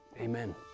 amen